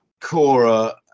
Cora